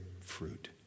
fruit